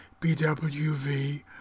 bwv